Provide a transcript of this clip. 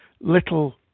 little